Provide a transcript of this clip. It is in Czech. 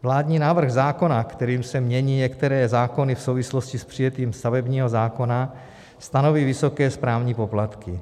Vládní návrh zákona, kterým se mění některé zákony v souvislosti s přijetím stavebního zákona, stanoví vysoké správní poplatky.